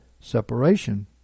separation